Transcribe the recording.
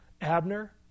Abner